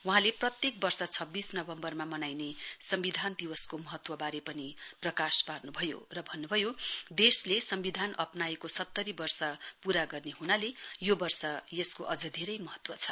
वहाँले प्रत्येक वर्ष डब्बीस नबम्बरमा मनाइने संविधान दिवसको महत्त्वबारे पनि प्रकाश पार्नु भयो र भन्नुभयो देशले सम्विधान अप्नाएको सत्तरी वर्ष पूरा गर्ने हुनाले यो वर्ष यसको अझ धेरै महत्व छ